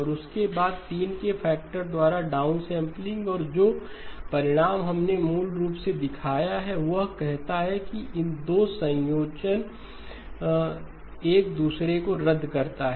और उसके के बाद 3 के फैक्टर द्वारा डाउनसम्पलिंग और जो परिणाम हमने मूल रूप से दिखाया है वह कहता है कि इन 2 का संयोजन एक दूसरे को रद्द करता है